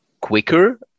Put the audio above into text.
quicker